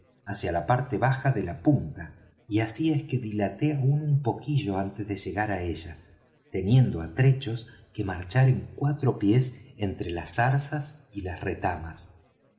hacia la parte baja de la punta y así es que dilaté aún un poquillo antes de llegar á ella teniendo á trechos que marchar en cuatro pies entre las zarzas y retamas